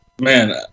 Man